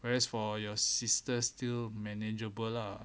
whereas for your sister's still manageable lah